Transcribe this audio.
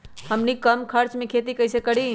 हमनी कम खर्च मे खेती कई से करी?